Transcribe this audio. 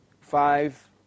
Five